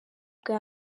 bwa